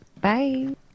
Bye